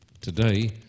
today